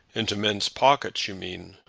into men's pockets, you mean.